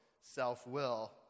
self-will